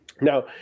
Now